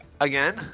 again